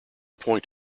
point